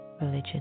religion